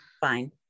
Fine